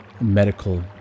medical